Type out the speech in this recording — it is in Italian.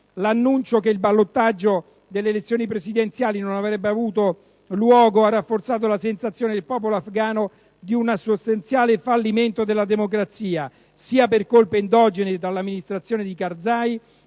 L'annuncio che il ballottaggio delle elezioni presidenziali non avrebbe avuto più luogo ha rafforzato la sensazione nel popolo afgano di un sostanziale fallimento della democrazia, sia per colpe endogene all'amministrazione di Karzai,